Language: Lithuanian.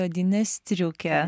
odinę striukę